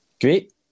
Great